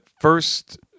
first